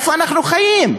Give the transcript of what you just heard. איפה אנחנו חיים?